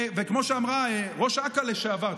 כמו שאמרה ראש אכ"א לשעבר,